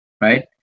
right